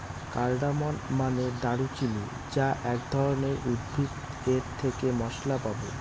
cardamom মানে দারুচিনি যা এক ধরনের উদ্ভিদ এর থেকে মসলা পাবো